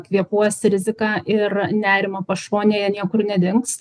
kvėpuos rizika ir nerimą pašonėje niekur nedings